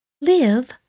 Live